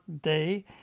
day